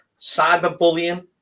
cyberbullying